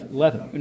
leather